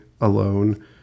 alone